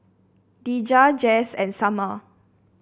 Deja Jase and Summer